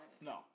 no